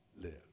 live